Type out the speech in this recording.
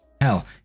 Hell